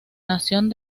nación